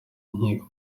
inkiko